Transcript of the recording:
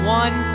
one